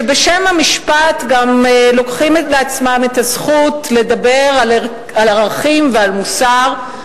שבשם המשפט גם לוקחים לעצמם את הזכות לדבר על ערכים ועל מוסר,